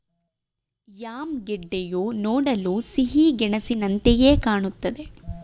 yam ಗೆಡ್ಡೆಯು ನೋಡಲು ಸಿಹಿಗೆಣಸಿನಂತೆಯೆ ಕಾಣುತ್ತದೆ